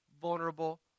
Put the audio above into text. vulnerable